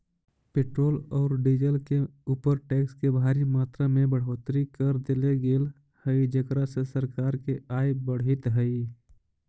petrol औउर diesel के ऊपर टैक्स के भारी मात्रा में बढ़ोतरी कर देले गेल हई जेकरा से सरकार के आय बढ़ीतऽ हई